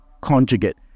conjugate